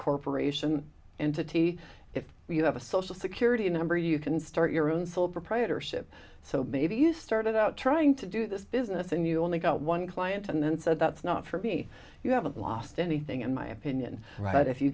corporation entity if you have a social security number you can start your own sole proprietorship so maybe you started out trying to do this business and you only got one client and then said that's not for me you haven't lost anything in my opinion but if you